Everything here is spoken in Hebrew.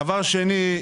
דבר שני,